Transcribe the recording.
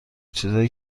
چیزای